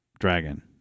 dragon